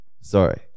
Sorry